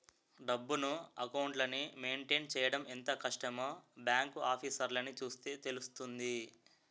డబ్బును, అకౌంట్లని మెయింటైన్ చెయ్యడం ఎంత కష్టమో బాంకు ఆఫీసర్లని చూస్తే తెలుస్తుంది